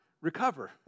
recover